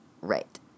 Right